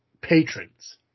patrons